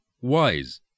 wise